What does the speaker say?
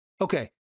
okay